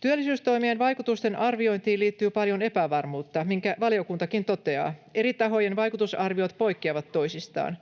Työllisyystoimien vaikutusten arviointiin liittyy paljon epävarmuutta, minkä valiokuntakin toteaa. Eri tahojen vaikutusarviot poikkeavat toisistaan.